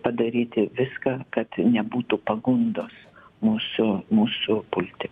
padaryti viską kad nebūtų pagundos musių mūsų pulti